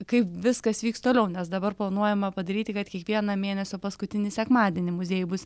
kaip viskas vyks toliau nes dabar planuojama padaryti kad kiekvieną mėnesio paskutinį sekmadienį muziejai bus